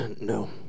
No